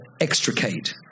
extricate